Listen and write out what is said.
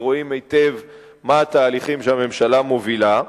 ורואים היטב מה התהליכים שהממשלה מובילה.